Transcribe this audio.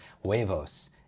Huevos